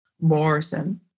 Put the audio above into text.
Morrison